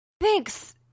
Thanks